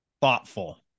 thoughtful